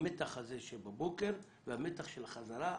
המתח הזה שבבוקר והמתח של החזרה.